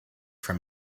from